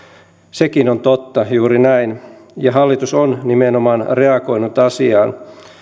sekin on totta juuri näin ja hallitus on nimenomaan reagoinut asiaan